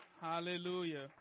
Hallelujah